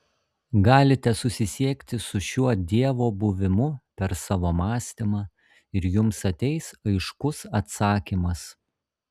galite susisiekti su šiuo dievo buvimu per savo mąstymą ir jums ateis aiškus atsakymas